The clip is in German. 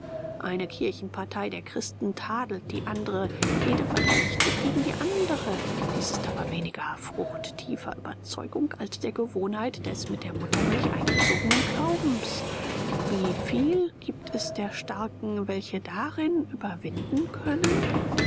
eine kirchenpartei der christen tadelt die andere jede verteidigt sich gegen die andere dies ist aber weniger frucht tiefer überzeugung als der gewohnheit des mit der muttermilch eingesogenen glaubens wie viel gibt es der starken welche darin überwinden können